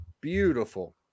beautiful